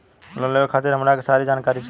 Loan लेवे खातीर हमरा के सारी जानकारी चाही?